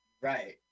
Right